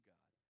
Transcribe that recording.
God